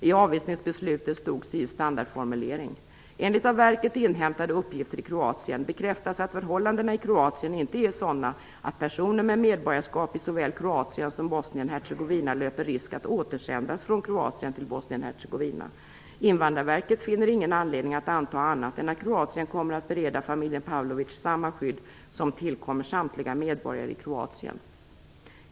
I avvisningsbeslutet stod SIV:s standardformulering: "Enligt av verket inhämtade uppgifter i Kroatien bekräftas att förhållandena i Kroatien inte är sådana att personer med medborgarskap i såväl Kroatien som Bosnien-Hercegovina löper risk att återsändas från Kroatien till Bosnien-Hercegovina. Invandrarverket finner ingen anledning att anta annat än att Kroatien kommer att bereda familjen Pavlovic samma skydd som tillkommer samtliga medborgare i Kroatien."